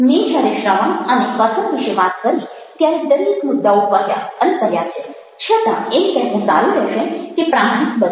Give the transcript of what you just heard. મેં જ્યારે શ્રવણ અને કથન વિશે વાત કરી ત્યારે દરેક મુદ્દાઓ કહ્યા અને કર્યા છે છતાં એમ કહેવું સારું રહેશે કે પ્રામાણિક બનો